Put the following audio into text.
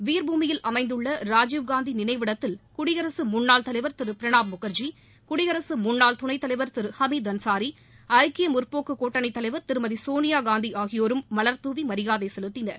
வீர்பூமியில் அமைந்துள்ள ராஜீவ்காந்தி நினைவிடத்தில் குடியரசு முன்னாள் தலைவர் திரு பிரணாப் முகர்ஜி குடியரசு முன்னாள் துணைத் தலைவர் திரு ஹமீத் அன்சாரி ஐக்கிய முற்போக்குக் கூட்டணித் தலைவர் திருமதி சோனியாகாந்தி ஆகியோரும் மலர்தூவி மரியாதை செலுத்தினர்